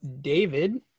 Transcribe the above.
David